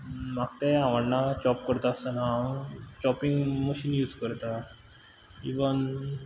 म्हाका तें आवडना चॉप करता आसताना हांव चॉपींग मशीन यूज करता इवन